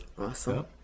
Awesome